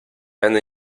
and